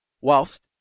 whilst